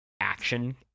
action